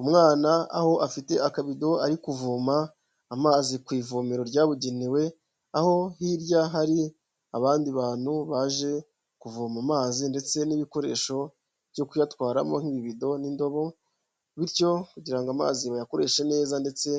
Umwana aho afite akabido ari kuvoma amazi ku ivomero ryabugenewe, aho hirya hari abandi bantu baje kuvoma amazi ndetse n'ibikoresho byo kuyatwaramo nk'ibibido n'indobo, bityo kugira ngo amazi bayakoreshe neza ndetse